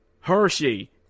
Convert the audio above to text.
Hershey